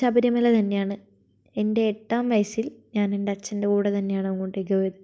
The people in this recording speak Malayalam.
ശബരിമല തന്നെയാണ് എൻ്റെ എട്ടാം വയസ്സിൽ ഞാനെൻ്റെ അച്ഛൻ്റെ കൂടെ തന്നെയാണ് അങ്ങോട്ടേക്ക് പോയത്